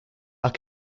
are